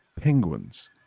penguins